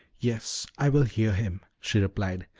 yes, i will hear him, she replied.